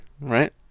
Right